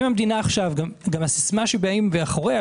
גם הסיסמה שבאים מאחוריה,